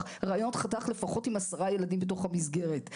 ראיונות חתך עם לפחות עשרה ילדים בתוך המסגרת.